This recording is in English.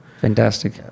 Fantastic